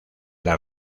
las